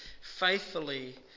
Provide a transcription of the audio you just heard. faithfully